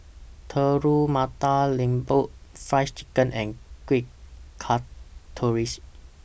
Telur Mata Lembu Fried Chicken and Kueh